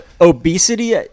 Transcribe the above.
obesity